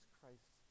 Christ